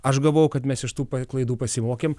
aš gavau kad mes iš tų paklaidų pasimokėm